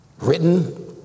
written